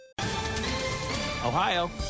Ohio